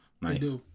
Nice